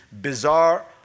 bizarre